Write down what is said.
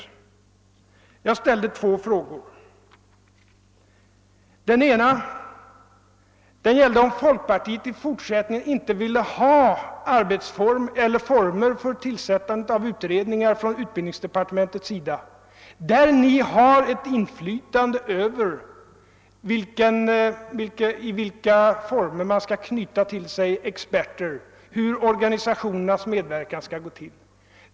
Jag ställde två frågor. Den ena gällde om folkpartiet i fortsättningen inte ville ha former för tillsättandet av utredningar inom utbildningsdepartementet som innebär att ni har inflytande över hur utredningarna skall knyta experter till sig och hur organisationernas medverkan skall gå till.